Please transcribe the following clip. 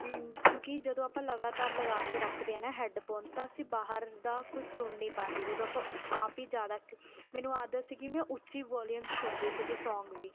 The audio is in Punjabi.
ਕਿਉਂਕਿ ਜਦੋਂ ਆਪਾਂ ਲਗਾਤਾਰ ਲਗਾ ਕੇ ਰੱਖਦੇ ਹਾਂ ਨਾ ਹੈਡਫੋਨ ਤਾਂ ਅਸੀਂ ਬਾਹਰ ਦਾ ਕੁਝ ਸੁਣ ਨਹੀਂ ਪਾਉਂਦੇ ਜਦੋਂ ਆਪਾਂ ਉਹ ਕਾਫ਼ੀ ਜ਼ਿਆਦਾ ਮੈਨੂੰ ਆਦਤ ਸੀ ਕਿ ਮੈਂ ਉੱਚੀ ਵੋਲੀਅਮ 'ਚ ਸੁਣਦੀ ਸੀਗੀ ਸੌਂਗ ਵੀ